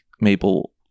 maple